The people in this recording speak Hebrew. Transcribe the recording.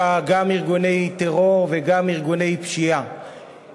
גם בלי הנוכחות שלה.